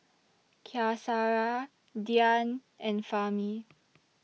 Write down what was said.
Qaisara Dian and Fahmi